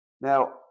Now